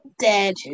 Dead